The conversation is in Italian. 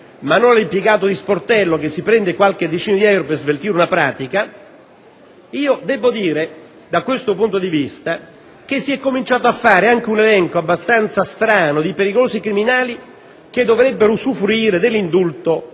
all'impiegato di sportello che si prende qualche decina di euro per sveltire una pratica, debbo dire che da questo punto di vista si è cominciato a fare anche un elenco abbastanza strano di pericolosi criminali che dovrebbero usufruire dell'indulto,